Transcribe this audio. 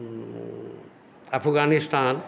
Afghanistan